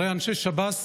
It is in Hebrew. הרי אנשי שב"ס